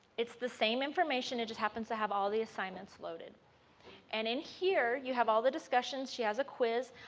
it's the same information, it just happens to have all the assignments loaded and in here you have all the discussions, she has a quiz,